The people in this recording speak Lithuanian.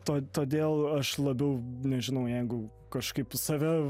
to todėl aš labiau nežinau jeigu kažkaip save